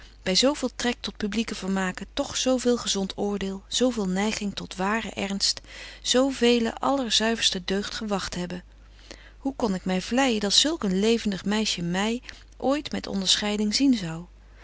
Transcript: by zo veel trek tot publique vermaken toch zo veel gezont oordeel zo veel neiging tot waren ernst zo vele allerzuiverste deugd gewagt hebben hoe kon ik my vleijen dat zulk een levendig meisje my ooit met onderscheiding zien zou